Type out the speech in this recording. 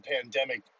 pandemic